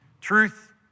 truth